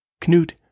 Knut